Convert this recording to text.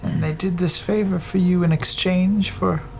they did this favor for you in exchange for